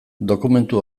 dokumentu